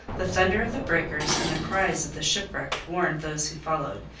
the thunder of the breakers and the cries of the shipwrecked warned those who followed,